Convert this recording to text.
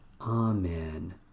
Amen